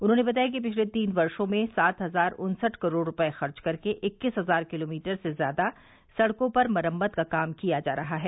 उन्होंने बताया कि पिछले तीन वर्षो में सात हजार उन्सठ करोड़ रूपये खर्च कर के इक्कीस हजार किलोमीटर से ज्यादा सड़कों पर मरम्मत का कार्य किया जा रहा है